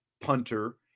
punter